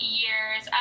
years